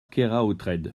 keraotred